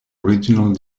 originally